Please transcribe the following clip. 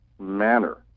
manner